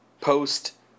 post